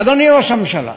אדוני ראש הממשלה,